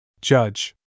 Judge